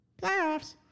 Playoffs